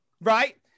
Right